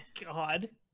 God